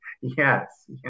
yes